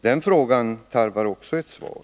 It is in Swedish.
Den frågan tarvar ett svar.